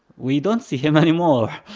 we don't see him anymore